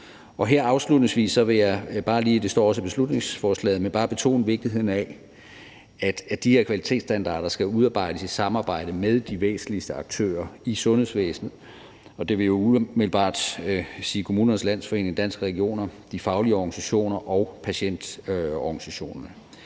beslutningsforslaget – betone vigtigheden af, at de her kvalitetsstandarder skal udarbejdes i samarbejde med de væsentligste aktører i sundhedsvæsenet. Og det vil umiddelbart sige Kommunernes Landsforening, Danske Regioner, de faglige organisationer og patientorganisationerne.